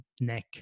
neck